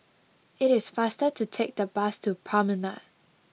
it is faster to take the bus to Promenade